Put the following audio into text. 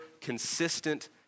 consistent